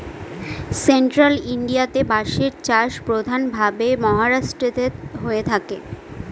central ইন্ডিয়াতে বাঁশের চাষ প্রধান ভাবে মহারাষ্ট্রেতে হয়ে থাকে